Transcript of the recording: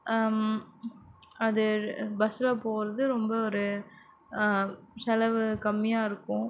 ஆ அது பஸ்ஸில் போகிறது ரொம்ப ஒரு செலவு கம்மியாக இருக்கும்